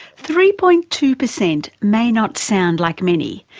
three-point-two per cent may not sound like many,